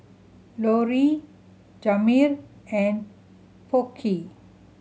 Lori Jamar and Burke